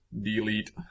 Delete